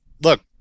look